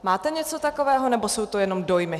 Máte něco takového, nebo jsou to jenom dojmy?